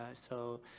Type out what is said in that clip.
ah so,